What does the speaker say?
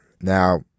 now